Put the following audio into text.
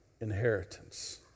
inheritance